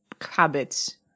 habits